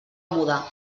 muda